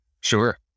Sure